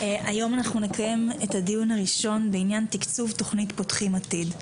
היום אנחנו נקיים את הדיון הראשון בעניין תקצוב תוכנית "פותחים עתיד".